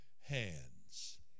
hands